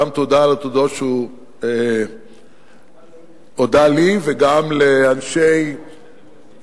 גם תודה על התודות שהוא הודה לי וגם לאנשי האוצר,